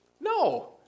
No